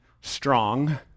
Strong